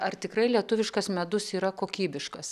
ar tikrai lietuviškas medus yra kokybiškas